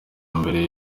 mbere